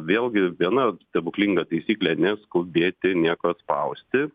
vėlgi viena stebuklinga taisyklė neskubėti nieko spausti